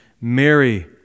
Mary